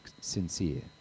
sincere